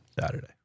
Saturday